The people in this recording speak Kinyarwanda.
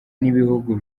n’ibihugu